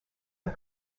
are